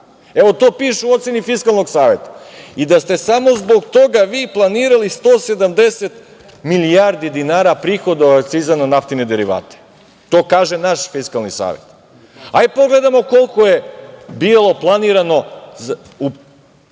Evo, to pišu u oceni Fiskalnog saveta i da ste samo zbog toga vi planirali 170 milijardi dinara prihoda od akciza na naftine derivate. To kaže naš Fiskalni savet. Hajde da pogledamo koliko je bilo planirano